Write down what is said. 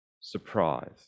surprise